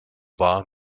wahr